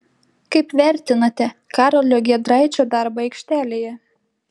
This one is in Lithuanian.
kaip vertinate karolio giedraičio darbą aikštelėje